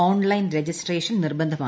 online registration നിർബന്ധം